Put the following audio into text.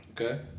Okay